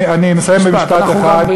אני מסיים במשפט אחד.